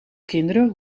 kinderen